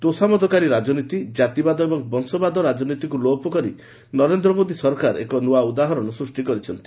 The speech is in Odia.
ତୋଷାମତକାରୀ ରାଜନୀତି ଜାତିବାଦ ଏବଂ ବଂଶବାଦ ରାଜନୀତିକୁ ଲୋପ କରି ନରେନ୍ଦ୍ର ମୋଦୀ ସରକାର ଏକ ଉଦାହରଣ ସୃଷ୍ଟି କରିଛନ୍ତି